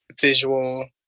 visual